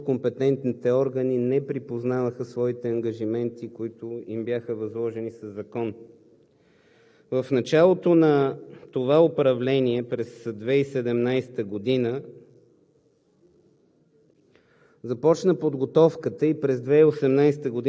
до приемането на тези промени много от компетентните органи не припознаваха своите ангажименти, които им бяха възложени със закон. В началото на това управление през 2017 г.